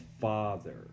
Father